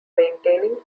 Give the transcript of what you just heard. maintaining